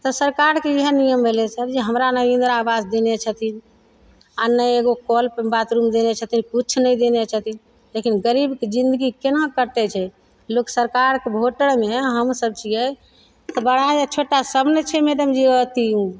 तऽ सरकारके इएह नियम भेलय सर जे हमरा ने इन्दिरा आवास देने छथिन आओर ने एगो कल बाथरूम देने छथिन किछु नहि देने छथिन लेकिन गरीबके जिन्दगी केना कटय छै लोक सरकारके वोटरमे हमसब छियै तऽ बड़ा या छोटा सब ने छै मैडमजी अथी